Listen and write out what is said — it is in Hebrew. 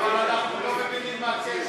אבל אנחנו לא מבינים מה הקשר.